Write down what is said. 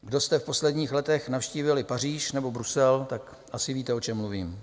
Kdo jste v posledních letech navštívili Paříž nebo Brusel, tak asi víte, o čem mluvím.